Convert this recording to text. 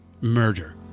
Murder